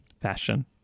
Fashion